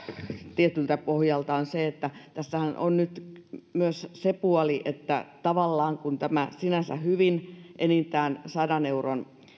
tietyltä pohjalta on se että tässähän on nyt myös se puoli että kun tätä sinänsä hyvin enintään sadan euron